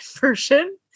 version